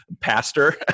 pastor